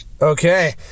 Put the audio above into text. Okay